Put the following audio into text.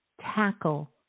tackle